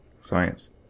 Science